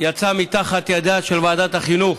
יצאו מתחת ידיה של ועדת החינוך